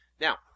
Now